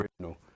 original